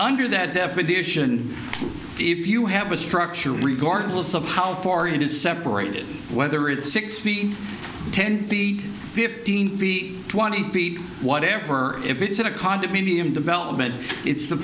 under that definition if you have a structure regardless of how far it is separated whether it's six feet ten feet fifteen feet twenty feet whatever if it's in a condominium development it's the